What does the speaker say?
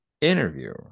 interview